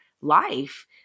life